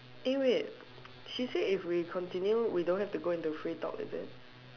eh wait she say if we continue we don't have to go into free talk is it